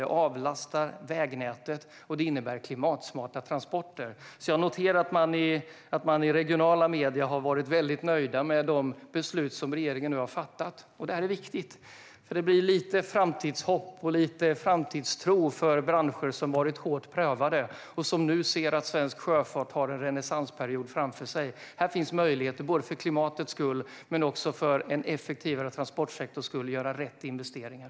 Det avlastar vägnätet, och det innebär klimatsmarta transporter. Jag har noterat i regionala medier att man är väldigt nöjd med de beslut som regeringen har fattat. Och det här är viktigt. Det ger lite framtidshopp och framtidstro för branscher som har varit hårt prövade. De ser nu att svensk sjöfart har en renässansperiod framför sig. Här finns möjligheter, för klimatets skull men också för en effektivare transportsektors skull, att göra rätt investeringar.